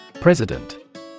President